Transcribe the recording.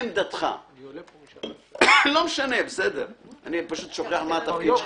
היינו בזמן חלוט והוסבר לנו, הודגם לנו, הוצג לנו.